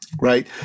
right